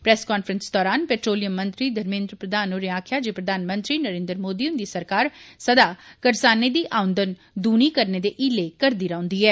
press conference दरान petroleum मंत्री धर्मेन्द्र प्रधान होरें आक्खेआ जे प्रधानमंत्री नरेन्द्र मोदी हुंदी सरकार सदा करसानें दी आऊंदन दूनी करने दे हीले करदी रौंह्दी ऐ